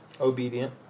Obedient